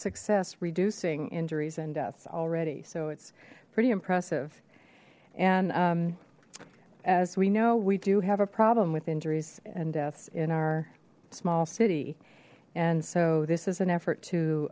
success reducing injuries and deaths already so it's pretty impressive and as we know we do have a problem with injuries and deaths in our small city and so this is an effort to